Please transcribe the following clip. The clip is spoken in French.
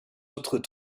autres